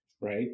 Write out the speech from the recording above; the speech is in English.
right